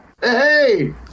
Hey